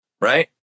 Right